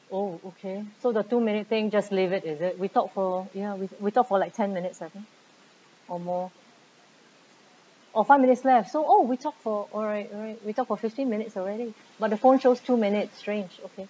oh okay so the two minute thing just leave it is it we talk for ya we we talk for like ten minutes I think or more orh five minutes left so oh we talk for alright alright we talk for fifteen minutes already but the phone shows two minutes strange